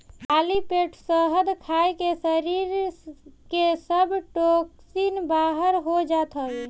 खाली पेट शहद खाए से शरीर के सब टोक्सिन बाहर हो जात हवे